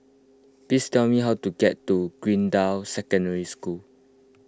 please tell me how to get to Greendale Secondary School